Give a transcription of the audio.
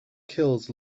kills